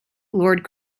lord